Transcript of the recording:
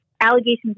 allegations